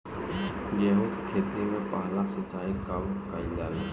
गेहू के खेती मे पहला सिंचाई कब कईल जाला?